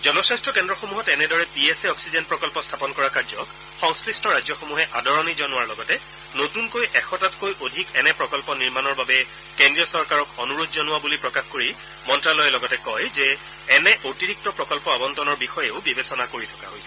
জনস্বাস্থ্য কেন্দ্ৰসমূহত এনেদৰে পি এছ এ অক্সিজেন প্ৰকল্প স্বাপন কৰা কাৰ্যক সংগ্নিষ্ট ৰাজ্যসমূহে আদৰণি জনোৱাৰ লগতে নতুনকৈ এশটাতকৈ অধিক এনে প্ৰকল্প নিৰ্মণৰ বাবে কেন্দ্ৰীয় চৰকাৰক অনুৰোধ জনোৱা বুলি প্ৰকাশ কৰি মন্ত্যালয়ে লগতে কয় যে এনে অতিৰিক্ত প্ৰকল্প আৱণ্টনৰ বিষয়েও বিবেচনা কৰি থকা হৈছে